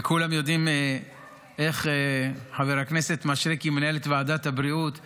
וכולם יודעים איך חבר הכנסת מישרקי מנהל את ועדת הבריאות בחן,